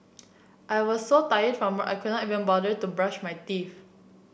I was so tired from I could not even bother to brush my teeth